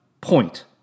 point